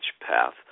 path